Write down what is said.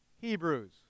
Hebrews